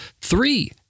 three